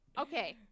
Okay